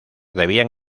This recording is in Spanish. debían